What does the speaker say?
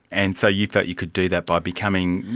and so you thought you could do that by becoming,